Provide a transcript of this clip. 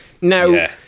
Now